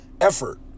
effort